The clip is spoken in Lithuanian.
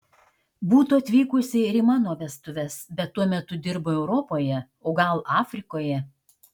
būtų atvykusi ir į mano vestuves bet tuo metu dirbo europoje o gal afrikoje